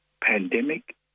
pandemic